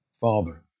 father